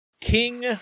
King